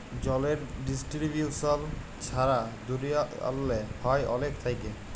জলের ডিস্টিরিবিউশল ছারা দুলিয়াল্লে হ্যয় অলেক থ্যাইকে